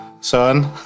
son